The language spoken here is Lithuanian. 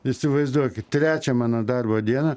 įsivaizduokit trečią mano darbo dieną